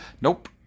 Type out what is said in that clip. Nope